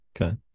Okay